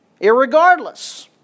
Irregardless